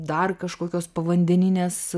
dar kažkokios povandeninės